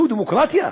זו דמוקרטיה?